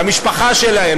למשפחה שלהם,